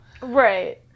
Right